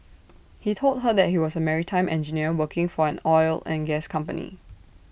he told her that he was A maritime engineer working for an oil and gas company